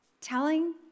telling